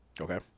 Okay